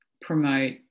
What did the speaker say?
promote